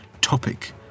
topic